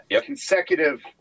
consecutive